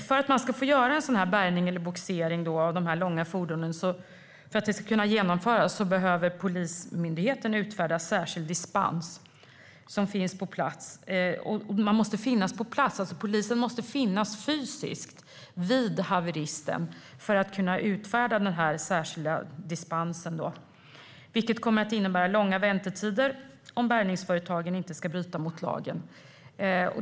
För att man ska få göra och kunna genomföra en bärgning eller bogsering av dessa långa fordon behöver polismyndigheten utfärda särskild dispens, och polisen måste finnas fysiskt på plats vid haveristen för att kunna utfärda den särskilda dispensen. Det kommer att innebära långa väntetider om bärgningsföretagen inte ska bryta mot lagen.